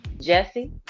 Jesse